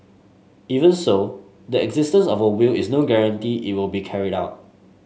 even so the existence of a will is no guarantee it will be carried out